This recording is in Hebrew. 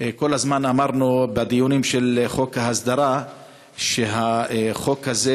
כל הזמן אמרנו בדיונים של חוק ההסדרה שהחוק הזה,